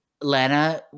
Lana